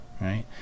right